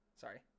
Sorry